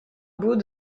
bout